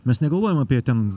mes negalvojam apie ten